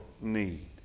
need